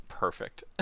Perfect